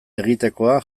egitekoa